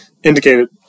Indicated